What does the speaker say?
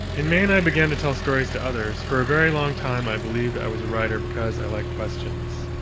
in maine, i began to tell stories to others. for a very long time, i believed i was a writer because i like questions.